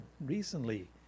recently